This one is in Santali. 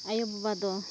ᱟᱭᱳᱼᱵᱟᱵᱟ ᱫᱚ